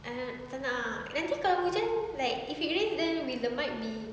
ah tak nak ah nanti kalau hujan like if it rains then with the mic be